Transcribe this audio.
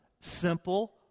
simple